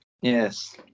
Yes